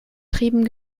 trieben